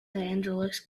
angeles